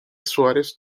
suárez